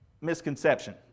misconception